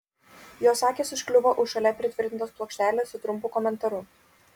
jos akys užkliuvo už šalia pritvirtintos plokštelės su trumpu komentaru